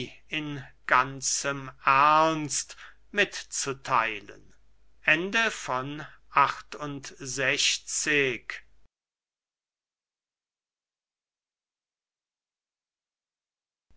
in ganzem ernst mitzutheilen